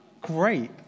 Great